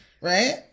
Right